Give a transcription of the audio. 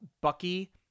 Bucky